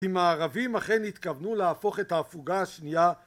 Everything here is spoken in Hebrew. אם הערבים אכן התכוונו להפוך את ההפוגה השנייה